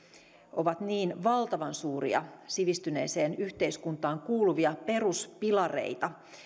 ovat niin valtavan suuria sivistyneeseen yhteiskuntaan kuuluvia peruspilareita